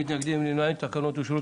הקראת משהו קצת שונה ממה שהוגש לנו.